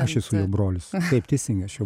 aš esu jo brolis taip teisingai aš jo